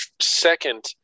second